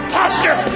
posture